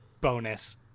bonus